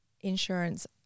insurance